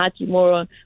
Hachimura